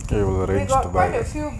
okay will arrange to go buy